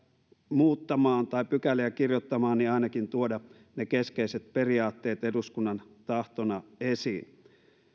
muuttamaan tai pykäliä kirjoittamaan niin voitaisiin ainakin tuoda ne keskeiset periaatteet eduskunnan tahtona esiin